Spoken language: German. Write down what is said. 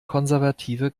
konservative